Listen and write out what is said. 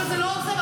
אבל זה לא עוזר,